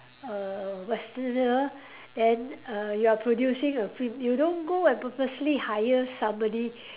a westerner then uh you are producing a film you don't go and purposely hire somebody